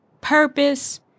purpose